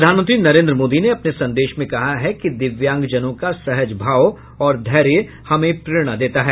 प्रधानमंत्री नरेंद्र मोदी ने अपने संदेश में कहा है कि दिव्यांगजनों का सहज भाव और धैर्य हमें प्रेरणा देता है